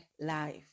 life